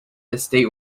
estate